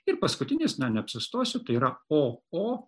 ir paskutinis na neapsistosiu tai yra o o